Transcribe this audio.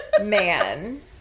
man